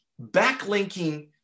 backlinking